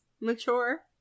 mature